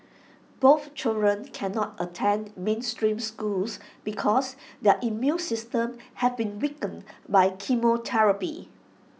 both children cannot attend mainstream schools because their immune systems have been weakened by chemotherapy